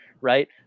right